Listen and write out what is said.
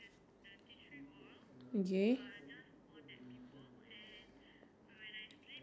this one the tea tree oil uh there is it like antioxidant or something like